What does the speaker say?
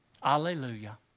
Hallelujah